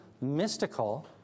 mystical